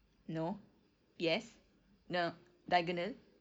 no yes n~ diagonal